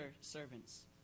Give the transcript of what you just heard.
servants